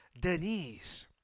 denise